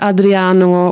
Adriano